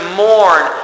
mourn